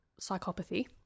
psychopathy